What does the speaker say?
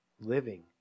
living